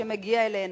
שמגיע אלינו,